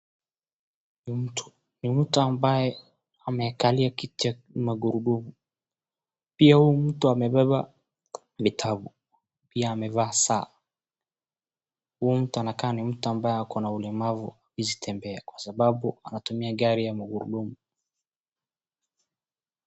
Ni mtu. Ni mtu ambaye amekalia kiti ya magurudumu. Pia huyu mtu amebeba vitabu, pia amevaa saa. Huu mtu anakaa ni kama akona ulemavu hawezi tembea kwa sababu anatumia gari ya magurudumu.